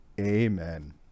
Amen